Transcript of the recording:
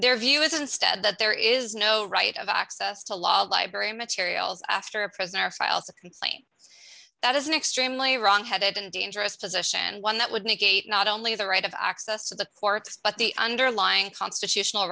their view is instead that there is no right of access to law library materials after a prisoner files a complaint that is an extremely wrongheaded and dangerous position one that would negate not only the right of access to the courts but the underlying constitutional